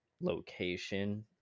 location